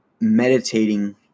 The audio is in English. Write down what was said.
meditating